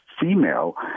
female